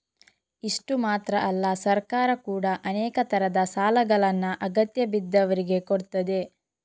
ಇಷ್ಟು ಮಾತ್ರ ಅಲ್ಲ ಸರ್ಕಾರ ಕೂಡಾ ಅನೇಕ ತರದ ಸಾಲಗಳನ್ನ ಅಗತ್ಯ ಬಿದ್ದವ್ರಿಗೆ ಕೊಡ್ತದೆ